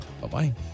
Bye-bye